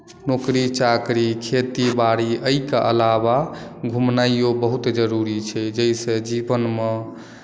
नौकरी चाकरी खेती बाड़ी एहिके अलावा घुमनाईयो बहुत जरुरी छै जाहिसँ जीवनमे